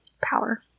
power